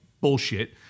bullshit